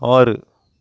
ஆறு